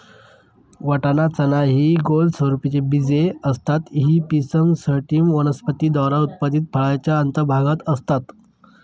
वाटाणा, चना हि गोल स्वरूपाची बीजे असतात ही पिसम सॅटिव्हम वनस्पती द्वारा उत्पादित फळाच्या अंतर्भागात असतात